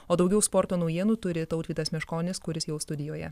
o daugiau sporto naujienų turi tautvydas meškonis kuris jau studijoje